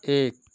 एक